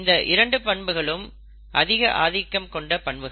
இந்த இரண்டு பண்புகளும் அதிக ஆதிக்கம் கொண்ட பண்புகள்